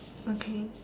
okay